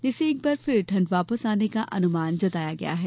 जिससे एक बार फिर ठंड वापस आने का अनुमान जताया गया है